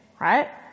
Right